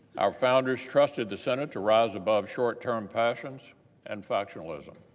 our founders trusted the senate to rise above short-term passions and factionalism.